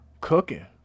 cooking